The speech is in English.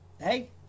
hey